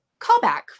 callback